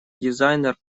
дизайнер